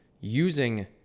using